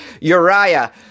Uriah